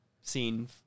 scene